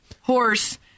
horse